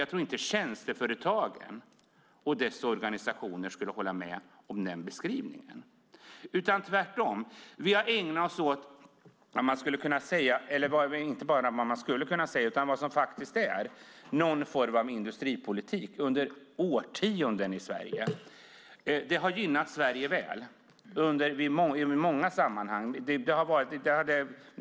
Jag tror inte att tjänsteföretagen och deras organisationer skulle hålla med om den beskrivningen. Tvärtom! Vi har ägnat oss åt någon form av industripolitik under årtionden i Sverige. Det har gynnat Sverige väl i många sammanhang.